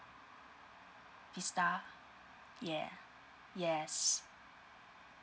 vista yeah yes